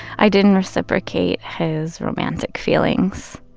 i didn't reciprocate his romantic feelings.